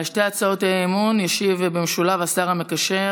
על שתי הצעות האי-אמון ישיב במשולב השר המקשר